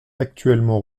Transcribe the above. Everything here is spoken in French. actuellement